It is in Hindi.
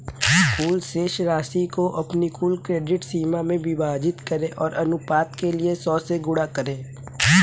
कुल शेष राशि को अपनी कुल क्रेडिट सीमा से विभाजित करें और अनुपात के लिए सौ से गुणा करें